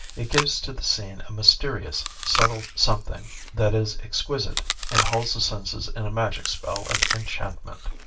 it gives to the scene a mysterious, subtle something that is exquisite and holds the senses in a magic spell of enchantment.